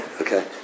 Okay